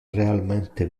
realmente